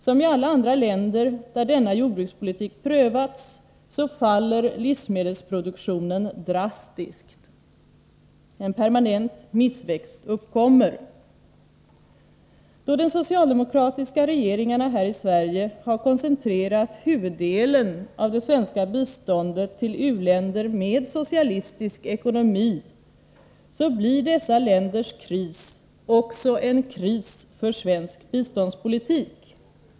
Som i alla andra länder där denna jordbrukspolitik prövats faller livsmedelsproduktionen drastiskt. En permanent missväxt uppkommer. Då de socialdemokratiska regeringarna har koncentrerat huvuddelen av det svenska biståndet till u-länder med socialistisk ekonomi, blir dessa länders kris också en kris för svensk biståndspolitik.